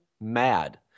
mad